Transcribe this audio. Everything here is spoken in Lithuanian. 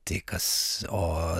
tai kas o